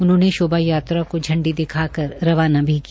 उन्होंने शोभायात्रा को झंडी दिखाकर रवाना भी किया